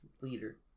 leader